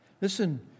Listen